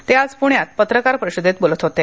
ते आज पुण्यात पत्रकार परिषदेत बोलत होते